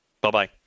Bye-bye